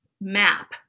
map